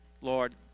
Lord